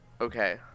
Okay